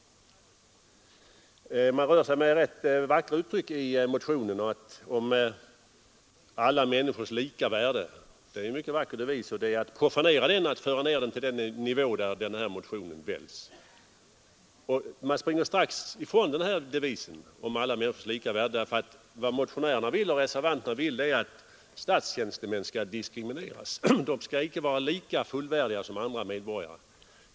Man rör sig med rätt vackra uttryck i motionen — man talar om alla människors lika värde. Det är en mycket vacker devis, och det är att profanera den att föra ned den till den nivå där den här motionen dväljs. Man springer också strax ifrån devisen om alla människors lika värde, för vad motionärerna och reservanterna vill är att statstjänstemän skall diskrimineras — de skall icke vara lika fullvärdiga som andra medborgare.